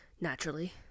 Naturally